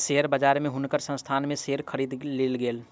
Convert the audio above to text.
share बजार में हुनकर संस्थान के शेयर खरीद लेल गेल